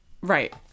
right